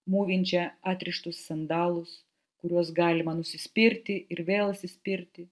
mūvinčią atrištus sandalus kuriuos galima nusispirti ir vėl įsispirti